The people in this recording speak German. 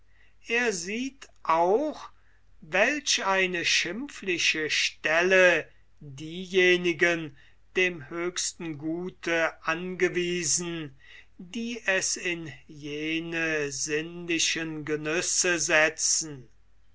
er sieht auch welch eine schimpfliche stelle diejenigen dem höchsten gute angewiesen die es in jene setzen